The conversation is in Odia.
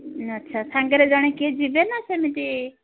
ଆଚ୍ଛା ସାଙ୍ଗରେ ଜଣେ କିଏ ଯିବେ ନା ସେମିତି